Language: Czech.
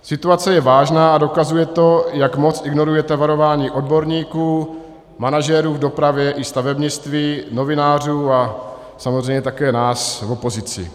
Situace je vážná a dokazuje to, jak moc ignorujete varování odborníků, manažerů v dopravě i stavebnictví, novinářů a samozřejmě také nás v opozici.